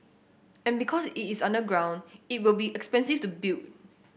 and because it is underground it will be expensive to build